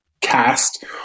cast